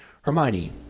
Hermione